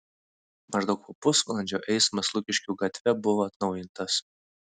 maždaug po pusvalandžio eismas lukiškių gatve buvo atnaujintas